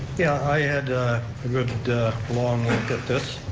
yeah, i had a good long look at this,